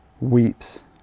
weeps